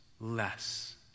less